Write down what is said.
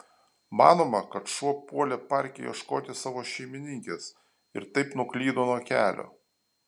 manoma kad šuo puolė parke ieškoti savo šeimininkės ir taip nuklydo nuo kelio